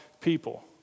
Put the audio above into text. people